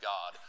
God